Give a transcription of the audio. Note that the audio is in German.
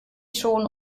schon